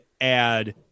add